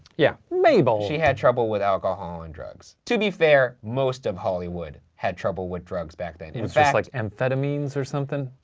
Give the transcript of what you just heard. yeah. mabel! she had trouble with alcohol and drugs. to be fair, most of hollywood had trouble with drugs back then. it's just like amphetamines or somethin'?